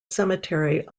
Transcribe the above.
cemetery